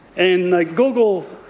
and the google